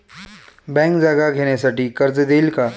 Bank जागा घेण्यासाठी कर्ज देईल का?